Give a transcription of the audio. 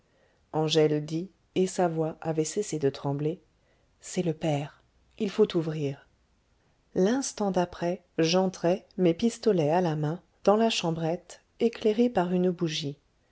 angèle dit et sa voix avait cessé de trembler c'est le père il faut ouvrir l'instant d'après j'entrais mes pistolets à la main dans la chambrette éclairée par une bougie